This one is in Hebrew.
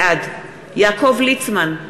בעד יעקב ליצמן,